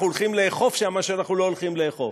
הולכים לאכוף שם מה שאנחנו לא הולכים לאכוף.